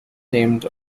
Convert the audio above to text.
named